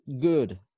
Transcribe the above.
good